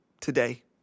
today